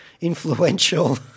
influential